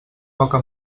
poca